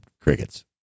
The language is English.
crickets